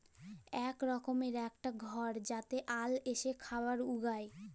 ইক রকমের ইকটা ঘর যাতে আল এসে খাবার উগায়